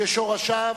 ששורשיו